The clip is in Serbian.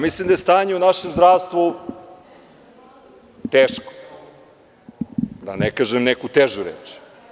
Mislim da je stanje u našem zdravstvu teško, da ne kažem neku težu reč.